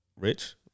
Rich